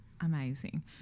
Amazing